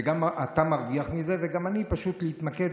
גם אתה מרוויח מזה, ואני יכול להתמקד.